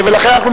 11,